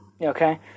okay